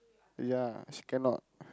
ya she cannot